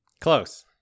Close